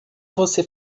você